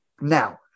Now